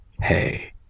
hey